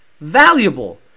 valuable